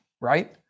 right